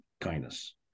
kindness